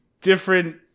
different